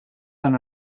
than